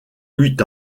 huit